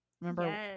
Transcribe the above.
remember